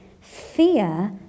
fear